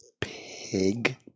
pig